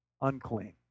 unclean